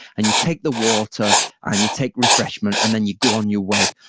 and you take the water and you take refreshment and then you go on your way.